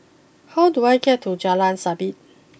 how do I get to Jalan Sabit